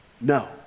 no